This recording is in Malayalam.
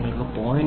നിങ്ങൾക്ക് 0